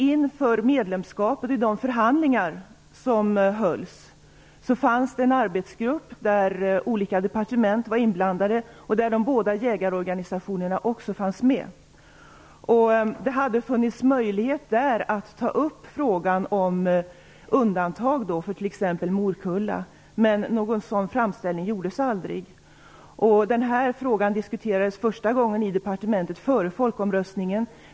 I de förhandlingar som hölls inför medlemskapet fanns det en arbetsgrupp där olika departement var inblandade. Där fanns också de båda jägarorganisationerna med. Där fanns det möjlighet att ta upp frågan om undantag för t.ex. morkulla. Men någon sådan framställning gjordes aldrig. Den här frågan diskuterades första gången i departementet före folkomröstningen.